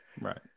Right